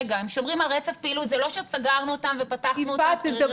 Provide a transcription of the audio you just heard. זה לא שסגרנו אותם ופתחנו אותם.